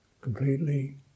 completely